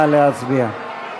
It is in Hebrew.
נא להצביע.